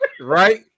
Right